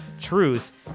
truth